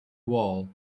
wall